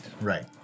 right